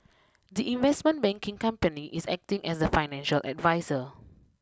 the investment banking company is acting as the financial adviser